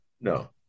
No